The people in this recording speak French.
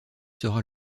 sera